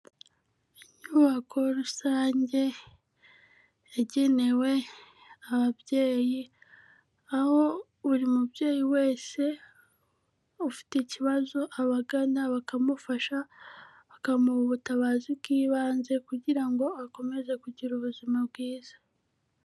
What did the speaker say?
Inyubako rusange yagenewe ababyeyi, aho buri mubyeyi wese ufite ikibazo abagana bakamufasha bakamuha ubutabazi bw'ibanze, kugira ngo akomeze kugira ubuzima bwiza.